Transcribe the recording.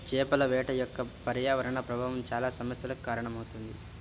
చేపల వేట యొక్క పర్యావరణ ప్రభావం చాలా సమస్యలకు కారణమవుతుంది